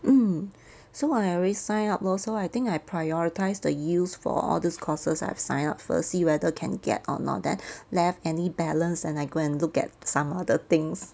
mm so I already sign up lor so I think I prioritise the use for all these courses I've signed up first see whether can get or not then left any balance then I go and look at some other things